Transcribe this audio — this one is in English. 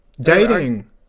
Dating